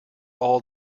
all